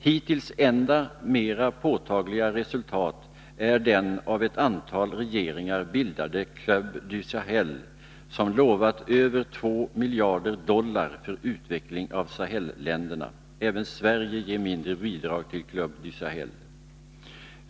Hittills enda mera påtagliga resultat är den av ett antal regeringar bildade Club du Sahel, som lovat över 2 miljarder dollar för utveckling av Sahel-länderna. Även Sverige ger mindre bidrag till Club du Sahel.